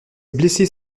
blessés